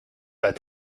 pas